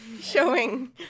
showing